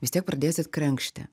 vis tiek pradėsit krenkšti